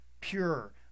pure